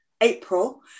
April